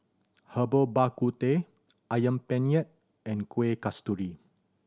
Herbal Bak Ku Teh Ayam Penyet and Kueh Kasturi